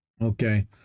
okay